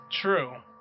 True